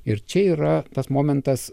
ir čia yra tas momentas